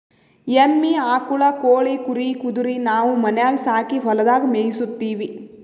ಎಮ್ಮಿ ಆಕುಳ್ ಕೋಳಿ ಕುರಿ ಕುದರಿ ನಾವು ಮನ್ಯಾಗ್ ಸಾಕಿ ಹೊಲದಾಗ್ ಮೇಯಿಸತ್ತೀವಿ